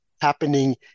happening